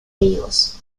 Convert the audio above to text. higos